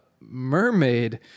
mermaid